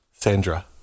Sandra